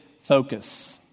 focus